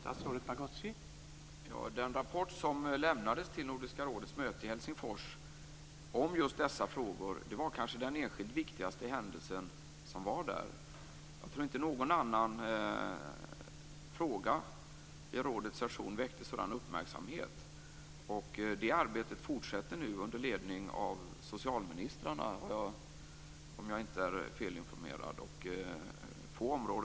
Herr talman! Att en rapport om just dessa frågor lämnades till Nordiska rådets möte i Helsingfors var kanske den enskilt viktigaste händelsen där. Jag tror inte att någon annan fråga vid rådets session väckte sådan uppmärksamhet. Det arbetet fortsätter nu, om jag inte är felinformerad, under ledning av socialministrarna.